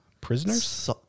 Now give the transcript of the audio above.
Prisoners